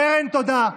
קרן, תודה.